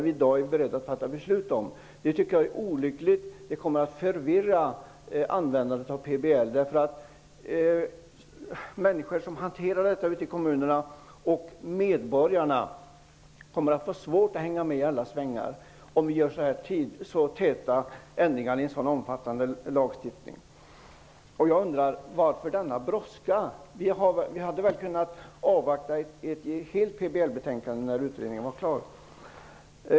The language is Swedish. Det tycker jag är olyckligt. Det kommer att förvirra vid tillämpningen av lagen. De som hanterar dessa frågor ute i kommunerna och medborgarna kommer att få det svårt att hänga med i alla svängar om vi genomför förändringar så tätt i en omfattade lagstiftning. Varför denna brådska? Vi hade väl kunnat avvakta tills utredningen var klar.